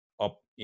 up